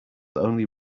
only